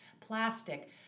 plastic